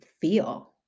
feel